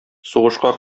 сугышка